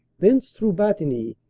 thence through bantigny,